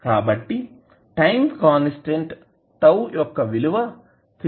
కాబట్టి time constant τ యొక్క విలువ 32 సెకండ్లు అవుతుంది